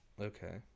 Okay